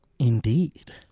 Indeed